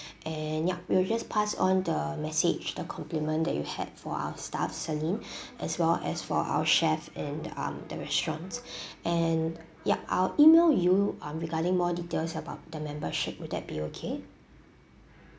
and yup we will just pass on the message the compliment that you had for our staff celine as well as for our chef in um the restaurant and yup I'll email you um regarding more details about the membership will that be okay